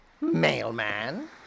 Mailman